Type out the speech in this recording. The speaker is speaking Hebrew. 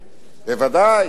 בוודאי.